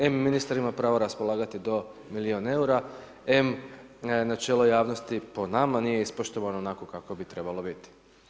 Em ministar ima pravo raspolagati do milijun eura, em načelo javnosti po nama nije ispoštovano onako kako bi trebalo biti.